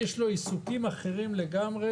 יש עוד שאלות בנושאים האלה פה?